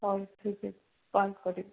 ହଉ ଠିକ୍ ଅଛି କଲ୍ କରିବି